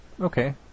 Okay